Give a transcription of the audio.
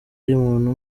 umuntu